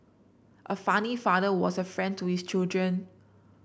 a funny father was a friend to his children